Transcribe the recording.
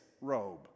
robe